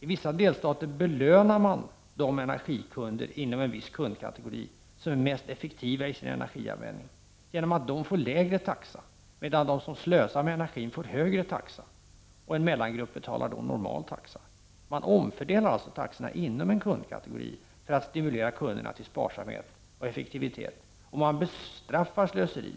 I vissa delstater belönas de energikunder inom en viss kundkategori som är mest effektiva i sin energianvändning genom att de får lägre taxa, medan de som slösar med energi får en högre taxa. En mellangrupp betalar normaltaxa. Man omfördelar alltså taxorna inom en kundkategori för att stimulera kunder till sparsamhet och effektivitet, och man bestraffar slöseri.